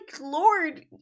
Lord